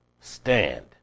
Stand